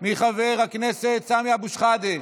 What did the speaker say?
מחבר הכנסת סמי אבו שחאדה,